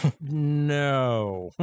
no